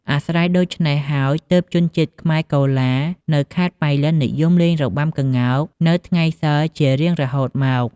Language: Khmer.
អាស្រ័យដូច្នេះហើយ ទើបជនជាតិខ្មែរកូឡានៅខេត្ដប៉ៃលិននិយមលេងរបាំក្ងោកនៅថ្ងៃសីលជារៀងរហូតមក ។